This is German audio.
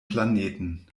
planeten